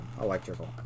Electrical